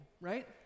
right